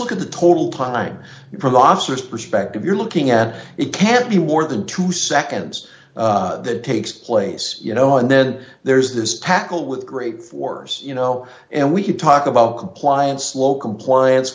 look at the total time provocateurs perspective you're looking at it can't be more than two seconds that takes place you know and then there's this packet with great force you know and we could talk about compliance low compliance